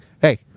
hey